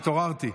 התעוררתי.